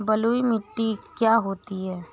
बलुइ मिट्टी क्या होती हैं?